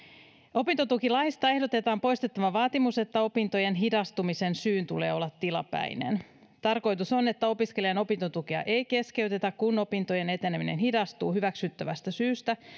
opintotukilaista ehdotetaan poistettavan vaatimus että opintojen hidastumisen syyn tulee olla tilapäinen tarkoitus on että opiskelijan opintotukea ei keskeytetä kun opintojen eteneminen hidastuu hyväksyttävästä syystä